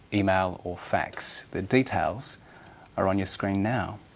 email or fax. the details are on your screen now.